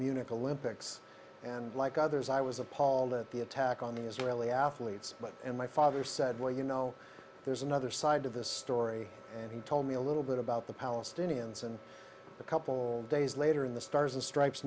munich olympics and like others i was appalled at the attack on the israeli athletes but and my father said well you know there's another side to this story and he told me a little bit about the palestinians and a couple days later in the stars and stripes